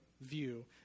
view